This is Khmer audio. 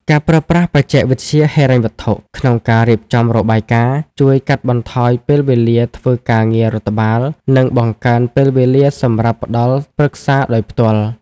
ការប្រើប្រាស់បច្ចេកវិទ្យាហិរញ្ញវត្ថុ ក្នុងការរៀបចំរបាយការណ៍ ជួយកាត់បន្ថយពេលវេលាធ្វើការងាររដ្ឋបាល និងបង្កើនពេលវេលាសម្រាប់ផ្ដល់ប្រឹក្សាដោយផ្ទាល់។